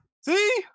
See